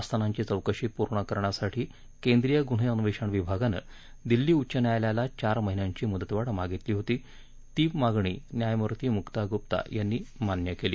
अस्थानांची चौकशी पूर्ण करण्यासाठी केंद्रीय गुन्हे अन्वेषण विभागाने दिल्ली उच्च न्यायालयाला चार महिन्यांची मुदत वाढ मागितली होती ती मागणी न्यायमुर्ती मुक्ता गुप्ता यांनी मान्य केली